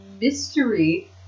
Mystery